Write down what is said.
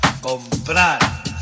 Comprar